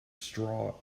straw